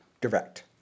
Direct